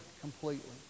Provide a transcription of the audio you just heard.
completely